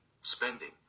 spending